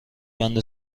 بند